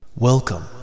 Welcome